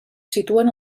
situen